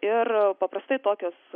ir paprastai tokios